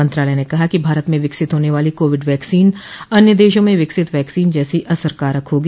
मंत्रालय ने कहा ह कि भारत में विकसित होने वाली कोविड वैक्सीन अन्य देशों में विकसित वैक्सीन जैसी असरकारक होगी